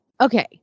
Okay